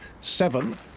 seven